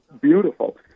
beautiful